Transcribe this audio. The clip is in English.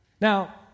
Now